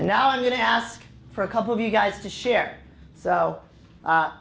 and now i'm going to ask for a couple of you guys to share so